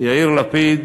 יאיר לפיד